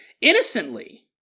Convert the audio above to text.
innocently